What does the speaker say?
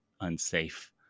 unsafe